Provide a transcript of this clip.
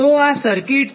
તો આ સર્કિટ છે